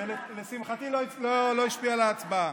לשמחתי זה גם לא השפיע על ההצבעה.